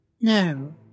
No